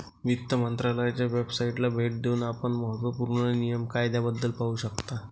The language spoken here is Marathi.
वित्त मंत्रालयाच्या वेबसाइटला भेट देऊन आपण महत्त्व पूर्ण नियम कायद्याबद्दल पाहू शकता